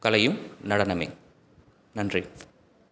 கலையும் நடனமே நன்றி